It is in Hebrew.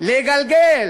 לגלגל